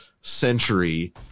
century